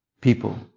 people